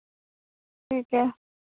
ठीक ऐ